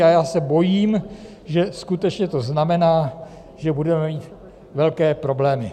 A já se bojím, že skutečně to znamená, že budeme mít velké problémy.